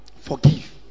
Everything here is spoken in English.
Forgive